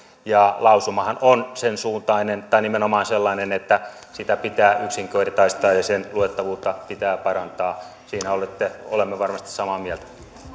ja lausumahan on sen suuntainen tai nimenomaan sellainen että sitä pitää yksinkertaistaa ja sen luettavuutta pitää parantaa siinä olemme varmasti samaa mieltä